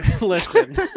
listen